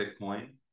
bitcoin